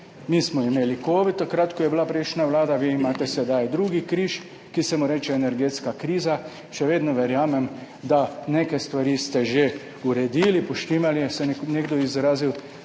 Mi smo imeli covid, takrat ko je bila prejšnja vlada, vi imate sedaj drugi križ, ki se mu reče energetska kriza. Še vedno verjamem, da ste neke stvari že uredili, poštimali, kot se je nekdo izrazil,